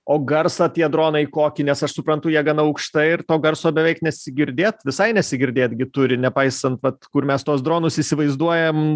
o garsą tie dronai kokį nes aš suprantu jie gana aukštai ir to garso beveik nesigirdėt visai nesigirdėt gi turi nepaisant vat kur mes tuos dronus įsivaizduojam